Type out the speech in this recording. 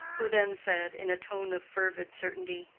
who then said, in a tone of fervid certainty,